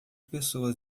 pessoas